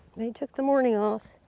they took the morning off.